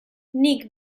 nik